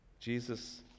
Jesus